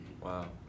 Wow